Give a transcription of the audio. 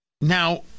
now